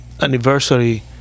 anniversary